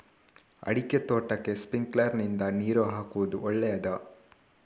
ಅಡಿಕೆ ತೋಟಕ್ಕೆ ಸ್ಪ್ರಿಂಕ್ಲರ್ ನಿಂದ ನೀರು ಹಾಕುವುದು ಒಳ್ಳೆಯದ?